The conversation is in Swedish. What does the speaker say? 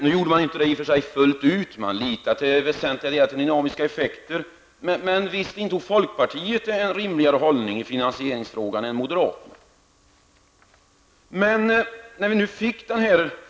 Nu skedde det inte fullt ut, utan till väsentliga delar förlitade sig folkpartiet och socialdemokraterna på s.k. dynamiska effekter. Men visst intog folkpartiet en rimligare hållning i finansieringsfrågan än moderaterna.